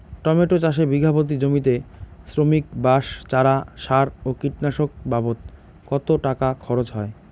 Tomato চাষে বিঘা প্রতি জমিতে শ্রমিক, বাঁশ, চারা, সার ও কীটনাশক বাবদ কত টাকা খরচ হয়?